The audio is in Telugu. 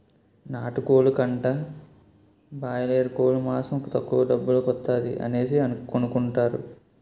నాటుకోలు కంటా బాయలేరుకోలు మాసం తక్కువ డబ్బుల కొత్తాది అనేసి కొనుకుంటారు